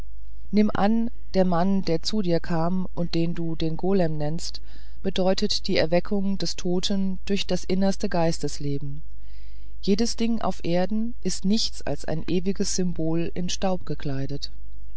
nimm an der mann der zu dir kam und den du den golem nennst bedeute die erweckung des toten durch das innerste geistesleben jedes ding auf erden ist nichts als ein ewiges symbol in staub gekleidet